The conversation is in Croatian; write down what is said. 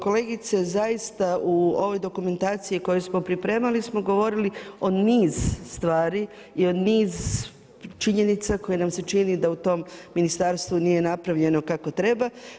Kolegice, zaista u ovoj dokumentaciji koju smo pripremali smo govorili o niz stvari i o niz činjenica koje nam se čini da u tom ministarstvu nije napravljeno kako treba.